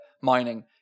mining